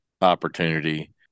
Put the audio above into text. opportunity